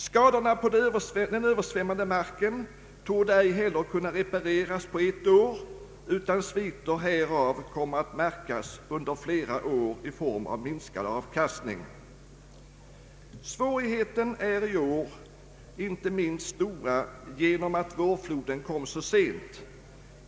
Skadorna på den översvämmade marken torde inte heller kunna repareras på ett år, utan sviter härav kommer att märkas under flera år i form av minskad avkastning. Svårigheterna är i år stora, inte minst genom att vårfloden kom så sent.